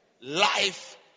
Life